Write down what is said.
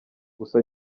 gusa